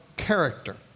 character